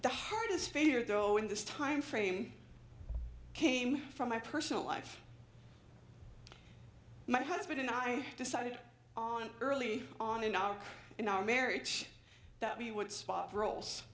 the heart is failure though in this time frame came from my personal life my husband and i decided on early on in our in our marriage that we would spot roles